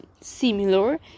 similar